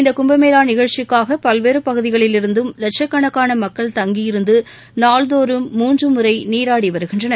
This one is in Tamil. இந்த கும்பமேளா நிகழ்ச்சிக்காக பல்வேறு பகுதிகளிலிருந்தும் லட்சக்கணக்கான மக்கள் தங்கியிருந்து நாள்தோறும் மூன்று முறை நீராடி வருகின்றனர்